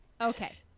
okay